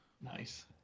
Nice